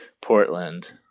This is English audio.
Portland